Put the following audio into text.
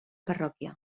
parròquia